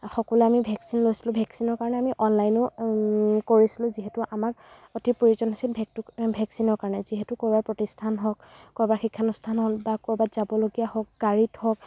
সকলোৱে আমি ভেকচিন লৈছিলো ভেকচিনৰ কাৰণে আমি অনলাইনো কৰিছিলো যিহেতু আমাক অতি প্ৰয়োজন হৈছিল ভেতটো ভেকচিন কাৰণে যিহেতু ক'ৰবাৰ প্ৰতিষ্ঠান হওক ক'ৰবাৰ শিক্ষা অনুষ্ঠান হ'ল বা ক'ৰবাত যাবলগীয়া হওক গাড়ীত হওক